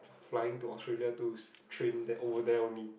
flying to Australia to train there over there only